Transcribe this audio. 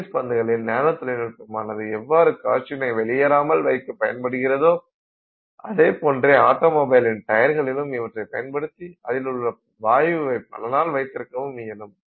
tennis பந்துகளில் nano தொழில்நுட்பமானது எவ்வாறு காற்றினை வெளியேராமல் வைக்க பயன்படுகிறதோ அதைப்போன்றே ஆட்டோ மொபைல்களின் டயர்களிலும் இவற்றைப் பயன்படுத்தி அதிலுள்ள வாயுவை பல நாள் வைத்திருக்கவும் இயலும்